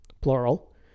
plural